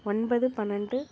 ஒன்பது பன்னெண்டு